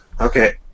Okay